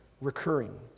recurring